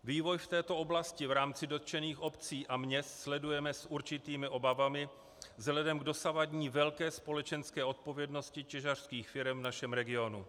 Vývoj v této oblasti v rámci dotčených obcí a měst sledujeme s určitými obavami vzhledem k dosavadní velké společenské odpovědnosti těžařských firem v našem regionu.